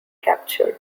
captured